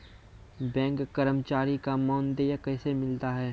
Bank कर्मचारी का मानदेय कैसे मिलता हैं?